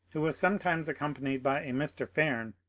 who was sometimes accompanied by a mr. faim,